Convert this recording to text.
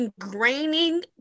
ingraining